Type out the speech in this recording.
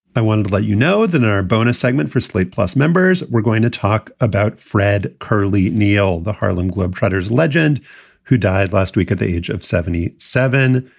i want to let you know then our bonus segment for slate plus members, we're going to talk about fred curly neal. the harlem globetrotters legend who died last week at the age of seventy seven.